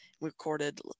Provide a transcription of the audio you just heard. recorded